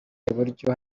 iburyo